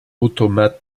automate